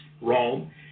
Rome